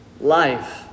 life